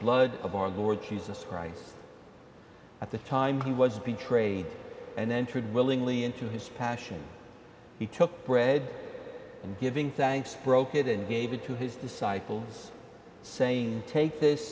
blood of our lord jesus christ at the time he was betrayed and then willingly into his passion he took bread and giving thanks broke it in gave it to his disciples saying take this